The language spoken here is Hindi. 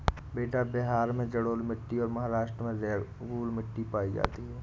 बेटा बिहार में जलोढ़ मिट्टी और महाराष्ट्र में रेगूर मिट्टी पाई जाती है